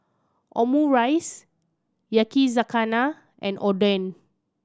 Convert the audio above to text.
Omurice Yakizakana and Oden